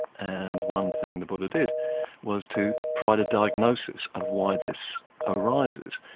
and one thing the buddha did was to try the diagnosis of why this arises.